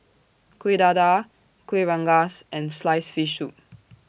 Kueh Dadar Kueh Rengas and Sliced Fish Soup